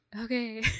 okay